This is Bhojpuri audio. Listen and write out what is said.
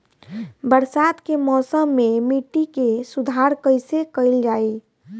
बरसात के मौसम में मिट्टी के सुधार कइसे कइल जाई?